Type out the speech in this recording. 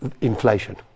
inflation